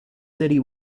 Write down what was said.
city